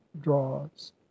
draws